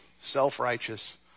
self-righteous